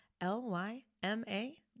L-Y-M-A